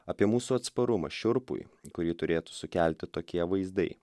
apie mūsų atsparumą šiurpui kurį turėtų sukelti tokie vaizdai